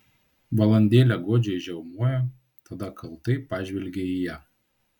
valandėlę godžiai žiaumojo tada kaltai pažvelgė į ją